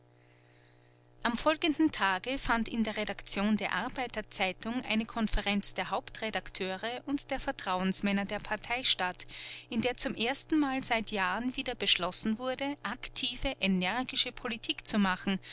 am folgenden tage fand in der redaktion der arbeiter zeitung eine konferenz der hauptredakteure und der vertrauensmänner der partei statt in der zum erstenmal seit jahren wieder beschlossen wurde aktive energische politik zu machen